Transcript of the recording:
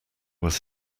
was